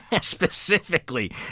Specifically